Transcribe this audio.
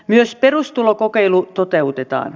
myös perustulokokeilu toteutetaan